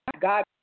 God